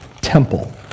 temple